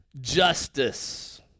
justice